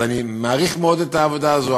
אז אני מעריך מאוד את העבודה הזאת,